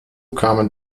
kamen